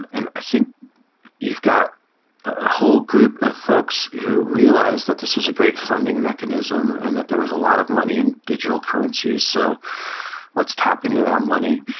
and i think you've got a whole group of folks who realize that this is a great funding mechanism and that there was a lot of money in digital currencies. so let's tap into that money.